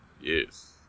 Yes